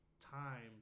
time